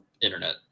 internet